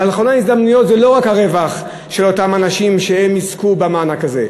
אבל חלון ההזדמנויות זה לא רק הרווח של אותם אנשים שיזכו במאבק הזה.